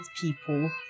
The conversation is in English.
people